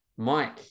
Mike